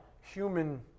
human